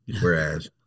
Whereas